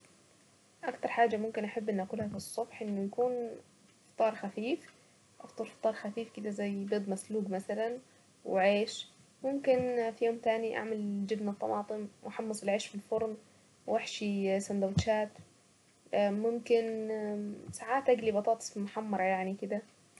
اكتر حاجة ممكن احب اني اكلها من الصبح انه يكون فطار خفيف افطر فطار خفيف كده زي بيض مسلوق مثلا وعيش ممكن في يوم تاني اعمل جبنة طماطم وحمص العيش في الفرن واحشي سندوتشات ممكن ساعات تقلي بطاطس محمرة يعني كده.